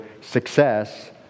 success